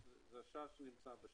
זה שער שנמצא בשוק,